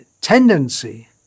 tendency